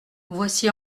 voici